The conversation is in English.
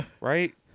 Right